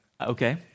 Okay